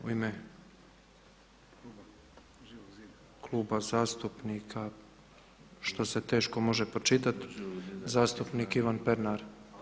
U ime Kluba zastupnika što se teško može pročitati, zastupnik Ivan Pernar.